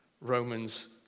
Romans